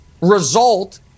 result